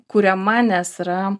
kuriama nes yra